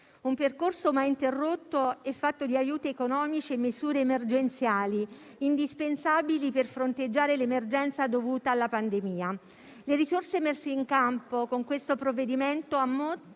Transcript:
un percorso mai interrotto e fatto di aiuti economici e misure emergenziali, indispensabili per fronteggiare l'emergenza dovuta alla pandemia. Le risorse messe in campo con il provvedimento al